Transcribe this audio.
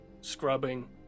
scrubbing